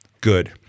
good